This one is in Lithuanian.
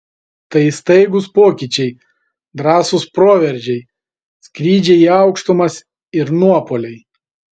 tai staigūs pokyčiai drąsūs proveržiai skrydžiai į aukštumas ir nuopuoliai